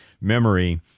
memory